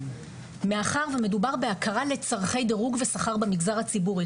מאחר ומדובר בהכרה לצרכי דירוג ושכר במגזר הציבורי.